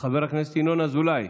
חבר הכנסת ינון אזולאי,